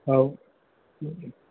हा